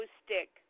stick